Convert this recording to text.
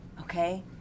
okay